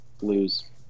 lose